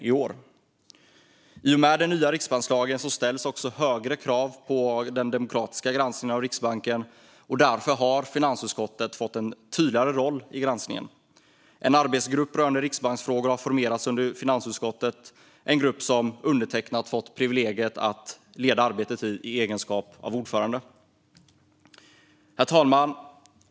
I och med den nya riksbankslagen ställs också högre krav på den demokratiska granskningen av Riksbanken, och därför har finansutskottet fått en tydligare roll i granskningen. En arbetsgrupp rörande riksbanksfrågor har formerats under finansutskottet, en grupp där undertecknad fått privilegiet att leda arbetet i egenskap av ordförande. Herr talman!